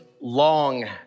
long